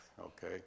Okay